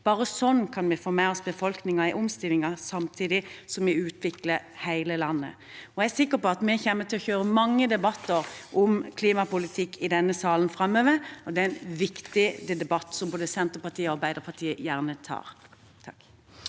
Bare sånn kan vi få med oss befolkningen i omstillingen, samtidig som vi utvikler hele landet. Jeg er sikker på at vi kommer til å kjøre mange debatter om klimapolitikk i denne salen framover, og det er viktige debatter som både Senterpartiet og Arbeiderpartiet gjerne tar. Terje